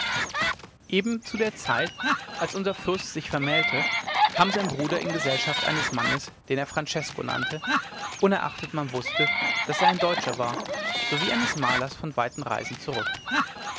eben zu der zeit als unser fürst sich vermählte kam sein bruder in gesellschaft eines mannes den er francesko nannte unerachtet man wußte daß er ein deutscher war sowie eines malers von weiten reisen zurück